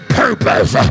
purpose